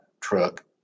truck